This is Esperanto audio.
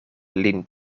lin